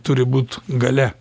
turi būt galia